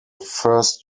first